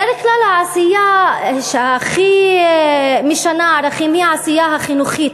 בדרך כלל העשייה שהכי משנה ערכים היא העשייה החינוכית,